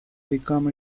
become